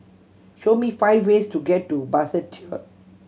show me five ways to get to Basseterre